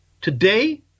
Today